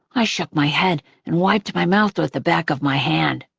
i shook my head and wiped my mouth with the back of my hand.